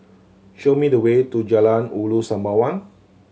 show me the way to Jalan Ulu Sembawang